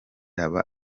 aba